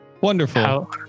Wonderful